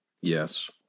Yes